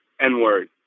N-word